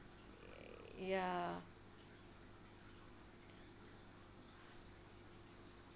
ya